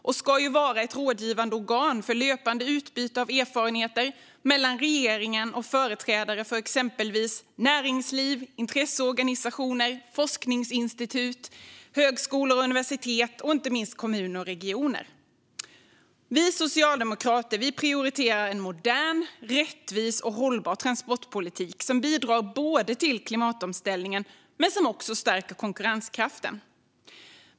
Kommissionen ska vara ett rådgivande organ för löpande utbyte av erfarenheter mellan regeringen och företrädare för exempelvis näringsliv, intresseorganisationer, forskningsinstitut, högskolor och universitet samt inte minst kommuner och regioner. Vi socialdemokrater prioriterar en modern, rättvis och hållbar transportpolitik som bidrar både till klimatomställningen och till att stärka konkurrenskraften.